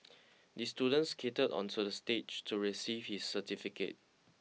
the student skated onto the stage to receive his certificate